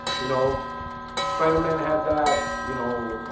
you know spider-man had that you know